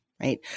right